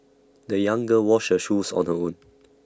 the young girl washed her shoes on her own